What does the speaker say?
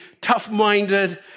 tough-minded